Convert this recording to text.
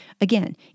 again